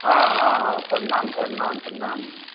हँ हँ हँ प्रणाम प्रणाम प्रणाम